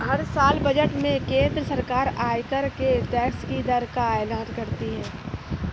हर साल बजट में केंद्र सरकार आयकर के टैक्स की दर का एलान करती है